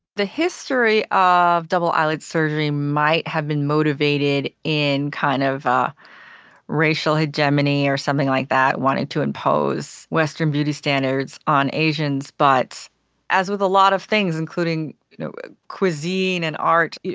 the history of double eyelid surgery might have been motivated in kind of a racial hegemony or something like that, wanting to impose western beauty standards on asians. but as with a lot of things, including you know cuisine and art,